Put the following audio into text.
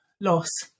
loss